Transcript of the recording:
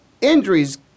Injuries